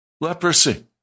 Leprosy